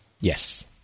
Yes